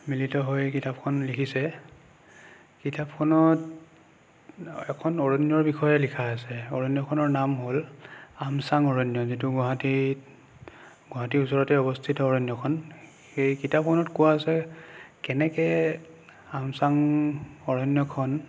মিলিত হৈ কিতাপখন লিখিছে কিতাপখনত এখন অৰণ্যৰ বিষয়ে লিখা আছে অৰণ্যখনৰ নাম হ'ল আমচাং অৰণ্য যিটো গুৱাহাটীত গুৱাহাটীৰ ওচৰতে অৱস্থিত অৰণ্যখন সেই কিতাপখনত কোৱা আছে কেনেকে আমচাং অৰণ্যখন